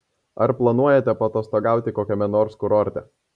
ar planuojate paatostogauti kokiame nors kurorte